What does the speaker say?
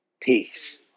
peace